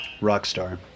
Rockstar